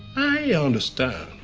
i understand.